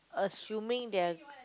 assuming that